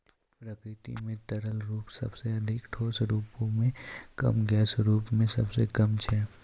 प्रकृति म तरल रूप सबसें अधिक, ठोस रूपो म कम, गैस रूपो म सबसे कम छै